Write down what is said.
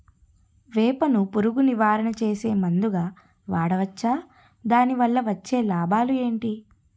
వేప ను పురుగు నివారణ చేసే మందుగా వాడవచ్చా? దాని వల్ల వచ్చే లాభాలు ఏంటి?